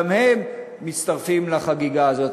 גם הם מצטרפים לחגיגה הזאת.